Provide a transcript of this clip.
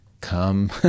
come